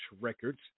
Records